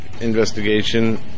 investigation